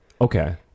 Okay